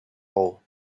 all